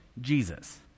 Jesus